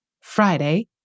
Friday